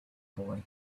boy